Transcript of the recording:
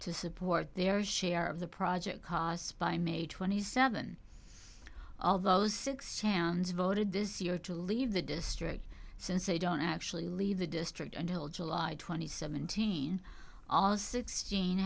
to support their share of the project costs by may twenty seven all those six hands voted this year to leave the district since they don't actually leave the district until july twenty seventh teen all sixteen